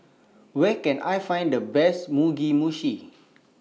Where Can I Find The Best Mugi Meshi